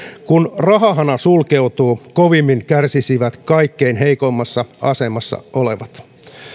kun rahahana sulkeutuu kovimmin kärsisivät kaikkein heikoimmassa asemassa olevat